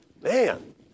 man